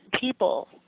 people